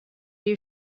you